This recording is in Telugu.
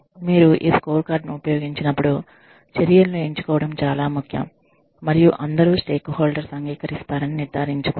మీరు ఈ స్కోర్కార్డ్ను ఉపయోగించినప్పుడు చర్యలను ఎంచుకోవడం చాలా ముఖ్యం మరియు అందరూ స్టేక్ హోల్డర్స్ అంగీకరిస్తారని నిర్ధారించుకోండి